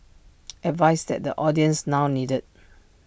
advice that the audience now needed